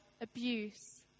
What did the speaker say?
abuse